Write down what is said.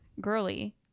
Girly